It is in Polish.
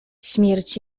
śmierć